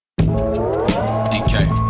DK